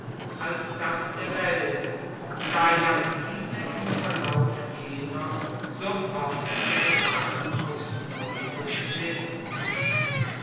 als das der welt da ja diese im verlauf jener so oft ihre bahn auf's neue durchmißt